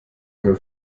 einen